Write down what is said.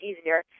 easier